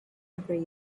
every